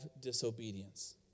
disobedience